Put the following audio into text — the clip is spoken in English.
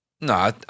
No